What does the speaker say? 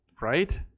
right